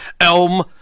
Elm